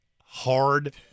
hard